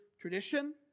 tradition